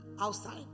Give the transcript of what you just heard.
outside